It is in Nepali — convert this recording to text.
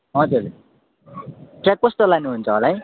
हजर ट्रयाक कस्तो लानुहुन्छ होला है